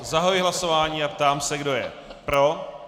Zahajuji hlasování a ptám se, kdo je pro.